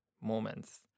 moments